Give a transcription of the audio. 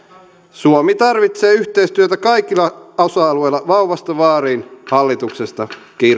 suomi tarvitsee yhteistyötä kaikilla osa alueilla vauvasta vaariin hallituksesta